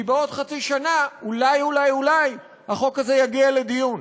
כי בעוד חצי שנה אולי החוק הזה יגיע לדיון.